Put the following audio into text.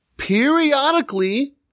periodically